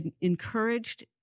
encouraged